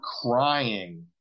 crying